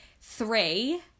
three